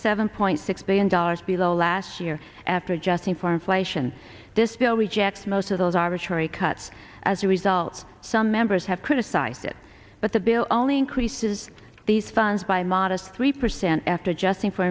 seven point six billion dollars below last year after adjusting for inflation this bill rejects most of those arbitrary cuts as a result some members have criticized it but the bill only increases these funds by modest three percent after adjusting for